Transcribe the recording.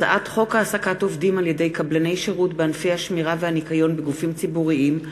אני מתכבד לפתוח את ישיבת הכנסת.